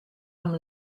amb